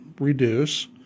reduce